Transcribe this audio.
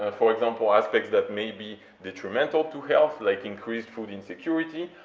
ah for example, aspects that may be detrimental to health, like increased food insecurity,